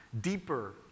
deeper